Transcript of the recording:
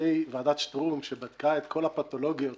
בנושאי ועדת שטרום שבדקה את כל הפתולוגיות